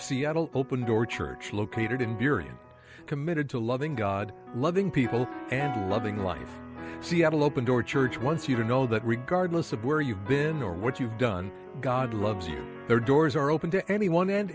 seattle's open door church located in theory and committed to loving god loving people and loving life seattle open door church once you know that regardless of where you've been or what you've done god loves their doors are open to anyone and